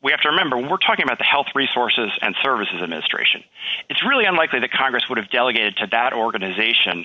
we have to remember we're talking about the health resources and services administration it's really unlikely that congress would have delegated to that organization